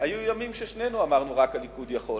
היו ימים ששנינו אמרנו: רק הליכוד יכול.